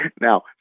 Now